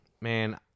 man